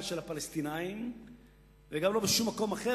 של הפלסטינים וגם לא בשום מקום אחר,